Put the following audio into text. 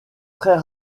très